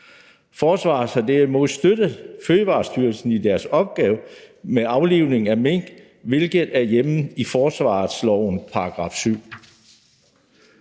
Forsvaret kan derimod støtte Fødevarestyrelsen i deres opgave med aflivning af mink, hvilket er hjemlet i forsvarslovens § 7.